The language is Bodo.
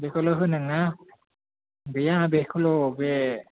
बेखौल' होदों ना गैया बेखौल' बे